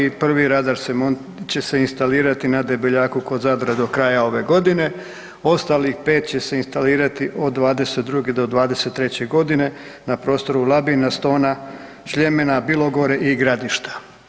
Prvi radar će se instalirati na Debeljaku kod Zadra do kraja ove godine, ostalih pet će se instalirati od '22.do '23.g. na prostoru Labina, Stona, Sljemena, Bilogore i Gradišta.